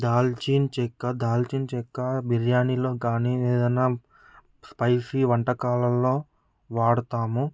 దాల్చిన చెక్క దాల్చిన చెక్క బిర్యానీలో కానీ ఏదైనా స్పైసీ వంటకాలలో వాడుతాము